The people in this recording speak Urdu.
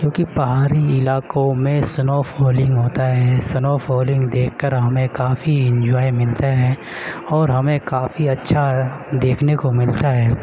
کیونکہ پہاڑی علاقوں میں اسنو فالنگ ہوتا ہے اسنو فالنگ دیکھ کر ہمیں کافی انجوائے ملتا ہے اور ہمیں کافی اچھا دیکھنے کو ملتا ہے